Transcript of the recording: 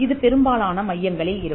இது பெரும்பாலான மையங்களில் இருக்கும்